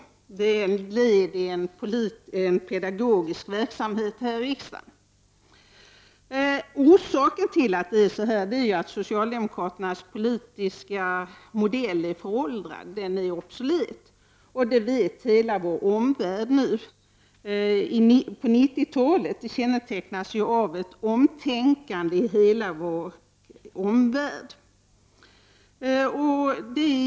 Det är ett led i en pedagogisk verksamhet här i riksdagen. Orsaken till förhållandet är ju att socialdemokraternas politiska modell är föråldrad, den är obsolet. Det vet nu hela vår omvärld. 90-talet kännetecknas ju av ett omtänkande i hela vår omvärld.